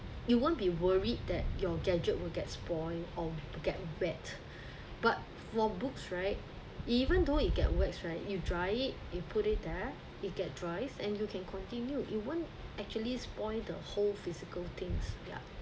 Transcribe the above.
you won't be worried that your gadget will get spoiled or get wet but while books right even though it get wet right you dry it and put it there it get dries and you can continue you won't actually spoil the whole physical things yeah